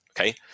Okay